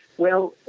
well,